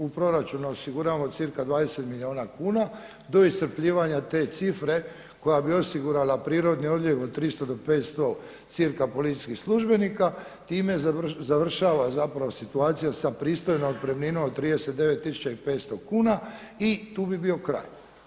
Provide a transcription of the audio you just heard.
U proračunu osiguravamo cirka 20 milijuna kuna, do iscrpljivanja te cifre koja bi osigurala prirodni odlijev od 300 do 500 cirka policijskih službenika time završava zapravo situacija sa pristojnom otpremninom od 39 500 kuna i tu bi bio kraj.